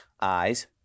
eyes